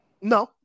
No